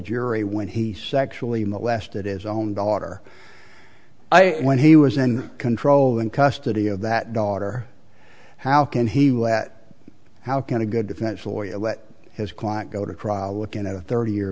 jury when he sexually molested is own daughter when he was in control and custody of that daughter how can he will at how can a good defense lawyer let his client go to trial looking at a thirty year